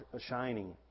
shining